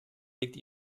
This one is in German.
legt